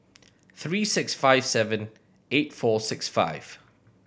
three six five seven eight four six five